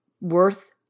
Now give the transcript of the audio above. worth